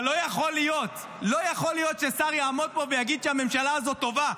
אבל לא יכול להיות ששר יעמוד פה ויגיד שהממשלה הזאת טובה.